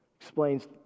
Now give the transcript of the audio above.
Explains